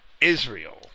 Israel